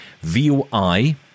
VOI